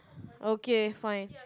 okay fine